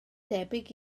debyg